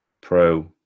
pro